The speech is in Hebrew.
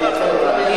זה כבר שנתיים וחצי.